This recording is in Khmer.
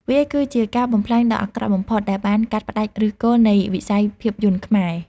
វាគឺជាការបំផ្លាញដ៏អាក្រក់បំផុត ដែលបានកាត់ផ្តាច់ឫសគល់នៃវិស័យភាពយន្តខ្មែរ។